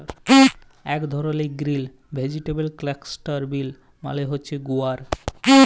ইক ধরলের grill vegetable cluster বিল মালে হছে গুয়ার